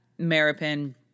Maripin